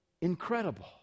incredible